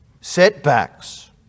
setbacks